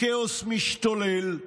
לכאוס משתולל,